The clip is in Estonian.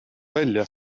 välja